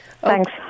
Thanks